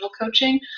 coaching